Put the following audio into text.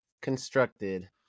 constructed